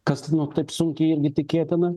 kas nu taip sunkiai tikėtina